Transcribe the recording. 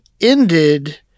ended